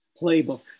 playbook